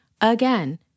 Again